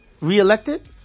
re-elected